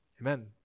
Amen